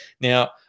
Now